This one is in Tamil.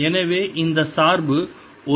எனவே இந்த சார்பு ஒரே மாதிரியாக இருக்க வேண்டும்